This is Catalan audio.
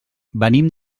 venim